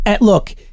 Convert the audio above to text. Look